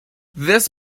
this